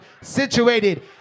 situated